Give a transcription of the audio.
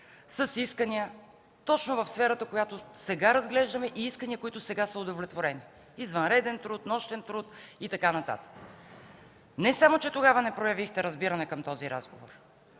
с искания точно в сферата, която сега разглеждаме, и искания, които сега са удовлетворени – извънреден труд, нощен труд и така нататък. Не само че тогава не проявихте разбиране към този разговор,